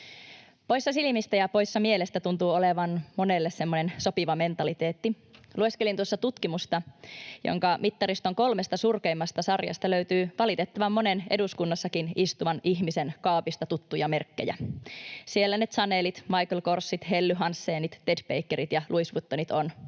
Poissa silmistä ja poissa mielestä tuntuu olevan monelle semmoinen sopiva mentaliteetti. Lueskelin tuossa tutkimusta, jonka mittariston kolmesta surkeimmasta sarjasta löytyy valitettavan monen eduskunnassakin istuvan ihmisen kaapista tuttuja merkkejä. Siellä ne chanelit, michaelkorsit, hellyhansenit, tedbakerit ja louisvuittonit